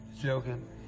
joking